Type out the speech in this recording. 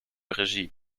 regie